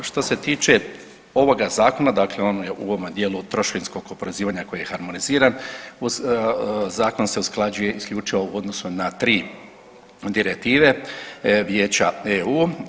Što se tiče ovoga zakona, dakle on je u ovom dijelu trošarinskog oporezivanja koji je harmoniziran zakon se usklađuje isključivo u odnosu na tri direktive Vijeća EU.